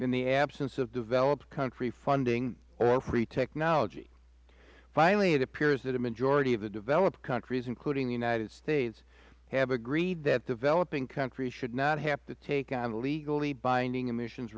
in the absence of developed country funding or free technology finally it appears that a majority of developed countries including the united states have agreed that developing countries should not have to take on legally binding emissions